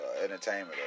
Entertainment